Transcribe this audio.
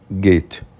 gate